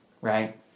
right